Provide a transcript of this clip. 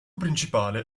principale